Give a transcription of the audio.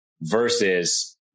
versus